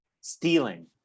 Stealing